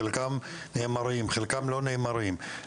חלקם נאמרים, חלקם לא נאמרים.